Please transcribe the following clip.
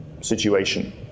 situation